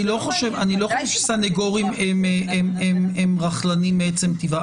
לא חושב שסנגורים הם רכלנים מעצם טיבם.